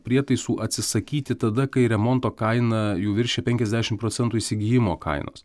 prietaisų atsisakyti tada kai remonto kaina jau viršyja penkiasdešimt procentų įsigijimo kainos